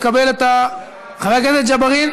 חבר הכנסת ג'בארין,